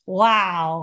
wow